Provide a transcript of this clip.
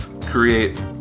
create